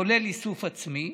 כולל איסוף עצמי,